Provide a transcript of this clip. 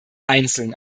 einzeln